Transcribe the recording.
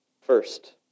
First